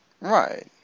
Right